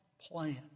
plan